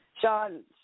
sean